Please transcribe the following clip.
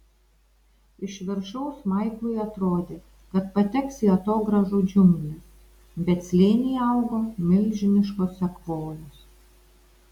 iš viršaus maiklui atrodė kad pateks į atogrąžų džiungles bet slėnyje augo milžiniškos sekvojos